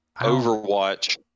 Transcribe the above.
Overwatch